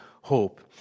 hope